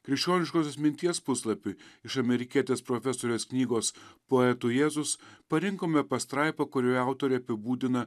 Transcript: krikščioniškosios minties puslapį iš amerikietės profesorės knygos poetų jėzus parinkome pastraipą kurioje autorė apibūdina